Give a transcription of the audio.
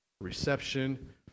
reception